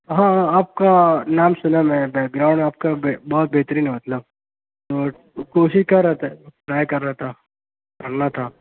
ہاں ہاں آپ کا نام سنا میں بیک گراؤنڈ آپ کا بہت بہترین ہے مطلب کوشش کر رہا تھا ٹرائی کر رہا تھا کرنا تھا